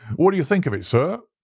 what do you think of it, sir?